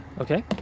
okay